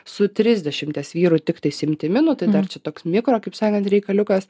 su trisdešimties vyrų tiktais imtimi nu tai dar čia toks mikro kaip sakant reikaliukas